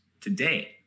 today